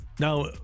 Now